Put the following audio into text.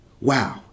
Wow